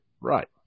Right